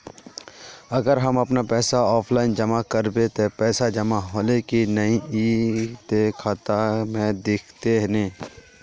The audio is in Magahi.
अगर हम अपन पैसा ऑफलाइन जमा करबे ते पैसा जमा होले की नय इ ते खाता में दिखते ने?